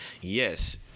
yes